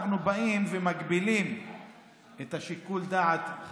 אנחנו באים ומגבילים את שיקול הדעת של השופט,